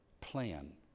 plan